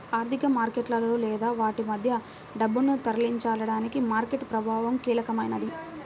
ఆర్థిక మార్కెట్లలో లేదా వాటి మధ్య డబ్బును తరలించడానికి మార్కెట్ ప్రభావం కీలకమైనది